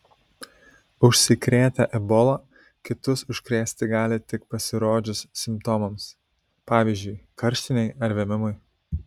užsikrėtę ebola kitus užkrėsti gali tik pasirodžius simptomams pavyzdžiui karštinei ar vėmimui